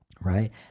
right